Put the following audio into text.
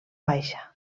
baixa